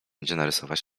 narysować